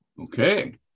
okay